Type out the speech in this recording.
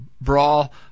brawl